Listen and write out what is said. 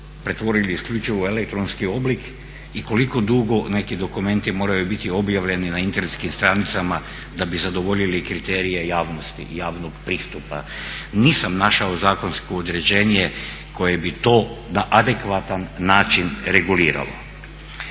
pretvorili isključivo u elektronski oblik i koliko dugo neki dokumenti moraju biti objavljeni na internetskim stranicama da bi zadovoljili kriterije javnosti i javnog pristupa. Nisam našao zakonsko određenje koje bi to na adekvatan način reguliralo.